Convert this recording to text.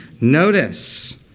Notice